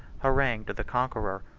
harangued the conqueror,